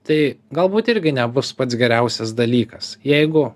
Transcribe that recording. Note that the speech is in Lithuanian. tai galbūt irgi nebus pats geriausias dalykas jeigu